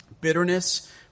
Bitterness